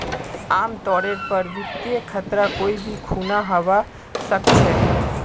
आमतौरेर पर वित्तीय खतरा कोई भी खुना हवा सकछे